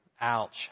ouch